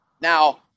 Now